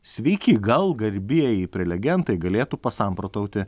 sveiki gal garbieji prelegentai galėtų pasamprotauti